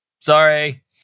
Sorry